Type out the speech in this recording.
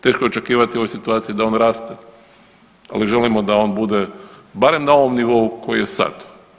Teško je očekivati u ovoj situaciji da on raste, ali želimo da on bude barem na ovom nivou koji je sad.